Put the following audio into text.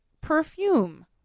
perfume